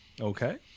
Okay